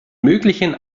möglichen